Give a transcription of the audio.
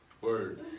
word